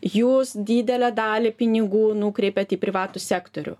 jūs didelę dalį pinigų nukreipiat į privatų sektorių